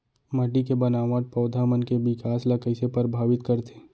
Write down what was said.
माटी के बनावट पौधा मन के बिकास ला कईसे परभावित करथे